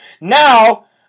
Now